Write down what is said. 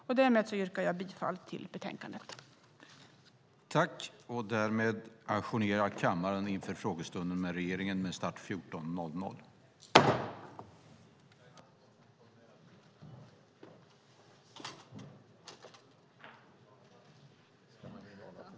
Med detta yrkar jag bifall till utskottets förslag i betänkandet.